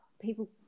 people